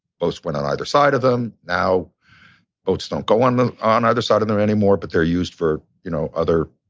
boats went on either side of them. now boats don't go on ah on either side of them anymore, but they're used for, you know, other,